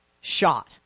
shot